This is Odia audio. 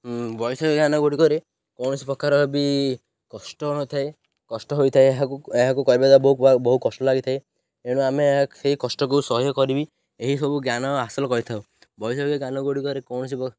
ବୈଷୟିକ ଜ୍ଞାନ ଗୁଡ଼ିକରେ କୌଣସି ପ୍ରକାର ବି କଷ୍ଟ ନଥାଏ କଷ୍ଟ ହୋଇଥାଏ ଏହାକୁ ଏହାକୁ କରିବା ଦ୍ୱାରା ବହୁ ବହୁତ କଷ୍ଟ ଲାଗିଥାଏ ତେଣୁ ଆମେ ଏହା ସେଇ କଷ୍ଟକୁ ସହ୍ୟ କରିବି ଏହିସବୁ ଜ୍ଞାନ ହାସଲ କରିଥାଉ ବୈଷୟିକ ଜ୍ଞାନ ଗୁଡ଼ିକରେ କୌଣସି